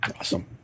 Awesome